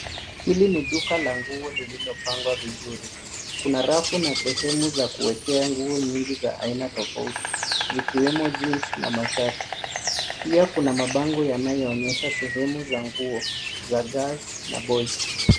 Hili ni duka la nguo lililopangwa vizuri, kuna rafu na sehemu za kuwekea nguo nyingi za aina tofauti zikiwemo Jeans na mashati. Pia kuna mabango yanoyoonyesha sehemu za nguo za Girls na Boys